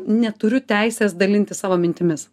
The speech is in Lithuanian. neturiu teises dalintis savo mintimis